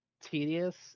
tedious